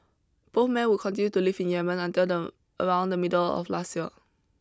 both men would continue to live in Yemen until the around the middle of last year